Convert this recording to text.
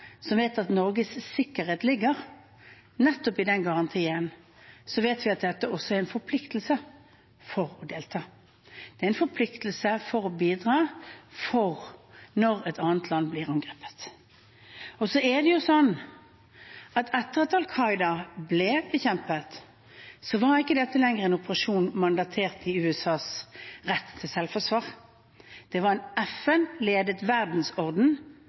som vet at Norges sikkerhet ligger nettopp i den garantien, vet at dette også er en forpliktelse til å delta. Det er en forpliktelse til å bidra når et annet land blir angrepet. Så er det sånn at etter at Al Qaida ble bekjempet, var ikke dette lenger en operasjon mandatert i USAs rett til selvforsvar. Det var en FN-ledet verdensorden